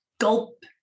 gulp